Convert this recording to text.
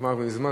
נגמר מזמן.